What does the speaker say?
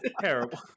Terrible